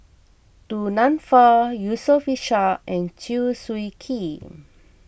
Du Nanfa Yusof Ishak and Chew Swee Kee